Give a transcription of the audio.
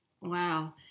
Wow